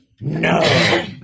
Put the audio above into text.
No